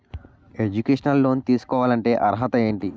Educational loan తీసుకోవాలంటే అర్హత ఏంటి?